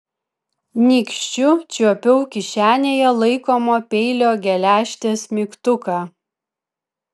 nykščiu čiuopiau kišenėje laikomo peilio geležtės mygtuką